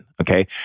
okay